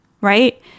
right